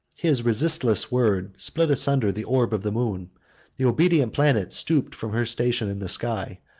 his resistless word split asunder the orb of the moon the obedient planet stooped from her station in the sky,